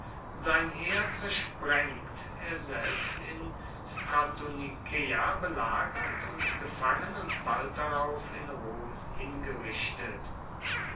sein heer zersprengt er selbst in stratonikeia belagert und gefangen und bald darauf in rom hingerichtet